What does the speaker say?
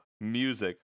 music